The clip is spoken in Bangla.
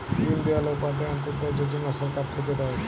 দিন দয়াল উপাধ্যায় অন্ত্যোদয় যজনা সরকার থাক্যে দেয়